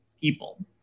people